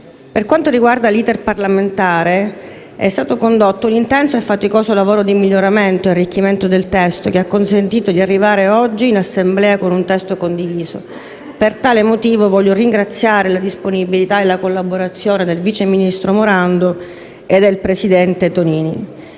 Per quanto riguarda l'*iter* parlamentare, è stato condotto un intenso e faticoso lavoro di miglioramento e arricchimento del testo, che ha consentito di arrivare oggi in Assemblea con un testo condiviso. Per tale motivo voglio ringraziare la disponibilità e la collaborazione del vice ministro Morando e del presidente Tonini.